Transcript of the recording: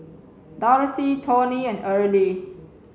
Darcie Tawny and Earley